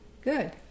Good